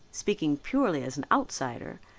speaking purely as an outsider,